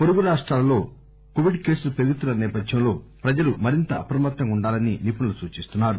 వొరుగు రాష్షాలలో కోవిడ్ కేసులు పెరుగుతున్న నేపథ్యంలో ప్రజలు మరింత అప్రమత్తంగా ఉండాలని నిపుణులు సూచిస్తున్నారు